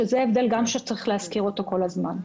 זה גם הבדל שצריך להזכיר אותו כל הזמן.